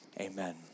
amen